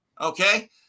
Okay